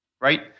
right